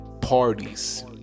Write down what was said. parties